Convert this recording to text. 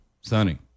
Sunny